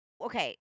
okay